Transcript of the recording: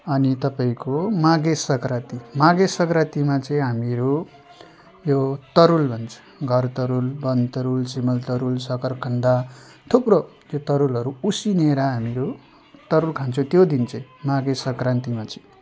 अनि तपाईँको माघे सङ्क्रान्ति माघे सङ्क्रान्तिमा चाहिँ हामीहरू यो तरुल भन्छ घरतरुल वनतरुल सिमलतरुल सकरखन्ड थुप्रो यो तरुलहरू उसिनेर हामीहरू तरुल खान्छौँ त्यो दिन चाहिँ माघे सङ्क्रान्तिमा चाहिँ